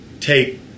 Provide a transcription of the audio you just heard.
take